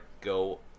go